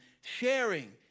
sharing